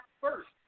first